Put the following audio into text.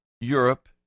Europe